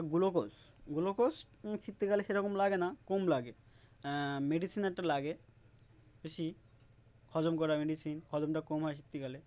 glucose glucose শীতকালে সেই রকম লাগে না কম লাগে মেডিসিন একটা লাগে বেশি হজম করা মেডিসিন হজমটা কম হয় শীতকালে